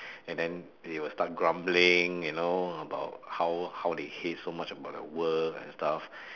and then they will start grumbling you know about how how they hate so much about their work and stuff